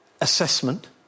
assessment